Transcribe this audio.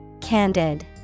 Candid